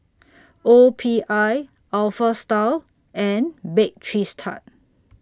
O P I Alpha Style and Bake Cheese Tart